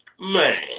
man